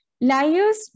liars